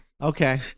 Okay